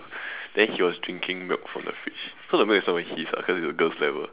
then he was drinking milk from the fridge so the milk was not even his ah cause it's the girls' level